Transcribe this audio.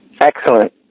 Excellent